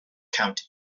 county